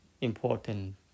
important